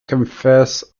confess